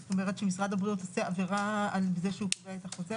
משרד הבריאות עושה עבירה בזה שהוא קובע את החוזר?